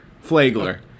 Flagler